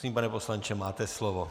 Prosím, pane poslanče, máte slovo.